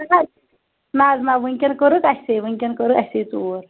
نہ حظ نہ وٕنۍکٮ۪ن کٔرٕکھ اَسے وٕنۍکٮ۪ن کٔرٕکھ اَسے ژوٗر